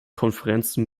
konferenzen